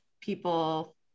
people